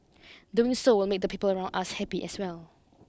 doing so will make the people around us happy as well